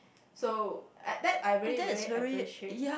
so I that I very very appreciate